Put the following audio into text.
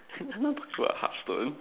cannot talk to your husband